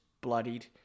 bloodied